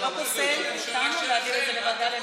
זה לא פוסל אותנו להעביר את זה לוועדה להמשך הדיון.